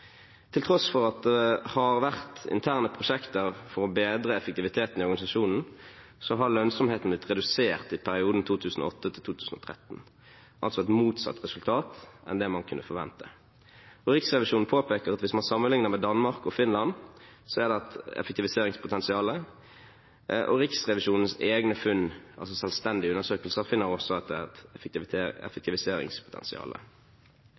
har vært interne prosjekter for å bedre effektiviteten i organisasjonen, har lønnsomheten blitt redusert i perioden 2008–2013, altså et motsatt resultat av det man kunne forvente. Riksrevisjonen påpeker at hvis man sammenligner med Danmark og Finland, er det et effektiviseringspotensial, og Riksrevisjonens egne funn, altså selvstendige undersøkelser, tilsier også at det er et effektiviseringspotensial.